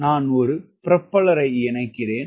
நான் ஒரு புரொப்பல்லரை இணைக்கிறேன்